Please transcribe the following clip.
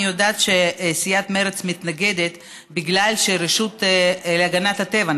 אני יודעת שסיעת מרצ מתנגדת בגלל הרשות להגנת הטבע,